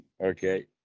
okay